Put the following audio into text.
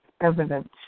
evidence